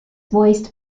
voiced